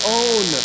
own